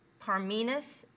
Parmenas